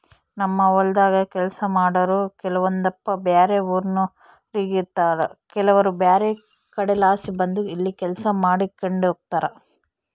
ನಮ್ಮ ಹೊಲದಾಗ ಕೆಲಸ ಮಾಡಾರು ಕೆಲವೊಂದಪ್ಪ ಬ್ಯಾರೆ ಊರಿನೋರಾಗಿರುತಾರ ಕೆಲವರು ಬ್ಯಾರೆ ಕಡೆಲಾಸಿ ಬಂದು ಇಲ್ಲಿ ಕೆಲಸ ಮಾಡಿಕೆಂಡಿರ್ತಾರ